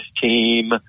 team